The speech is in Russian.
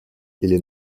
или